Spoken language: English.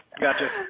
Gotcha